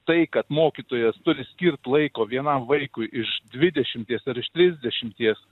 tai kad mokytojas turi skirt laiko vienam vaikui iš dvidešimties ar iš trisdešimties